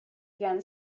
again